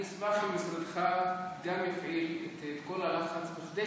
אני אשמח אם משרדך גם יפעיל את כל הלחץ כדי